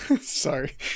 Sorry